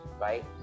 right